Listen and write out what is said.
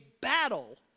battle